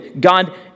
God